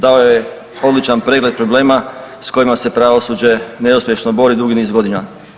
Dao je odličan pregled problema s kojima se pravosuđe neuspješno bori dugi niz godina.